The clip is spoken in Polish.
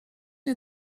nie